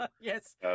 Yes